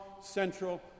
central